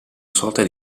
sorta